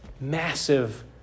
massive